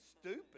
stupid